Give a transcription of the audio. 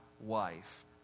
wife